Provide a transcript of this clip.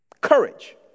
Courage